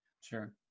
Sure